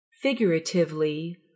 Figuratively